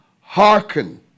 hearken